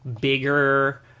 bigger